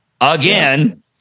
Again